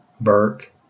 Burke